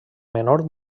menor